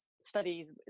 studies